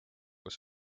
kus